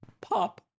Pop